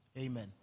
Amen